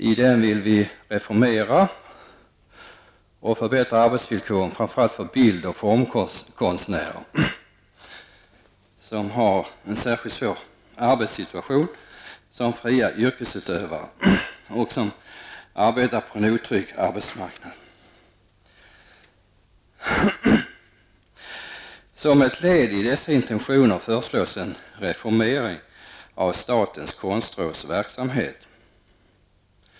I den vill vi reformera och förbättra arbetsvillkoren framför allt för bild och formkonstnärer, som har en särskilt svår arbetssituation som fria yrkesutövare och som arbetar på en otrygg arbetsmarknad. Som ett led i dessa intentioner föreslås en reformering av statens konstråds verksamhet.